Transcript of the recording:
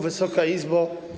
Wysoka Izbo!